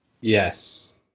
Yes